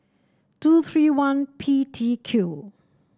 two three one P T Q